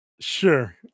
Sure